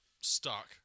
stuck